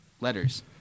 letters